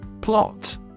Plot